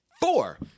Four